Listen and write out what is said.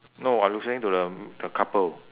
no I referring to the m~ the couple